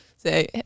Say